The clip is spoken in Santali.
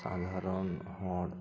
ᱥᱟᱫᱷᱟᱨᱚᱱ ᱦᱚᱲ